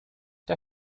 der